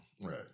Right